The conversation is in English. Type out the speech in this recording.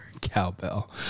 cowbell